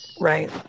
Right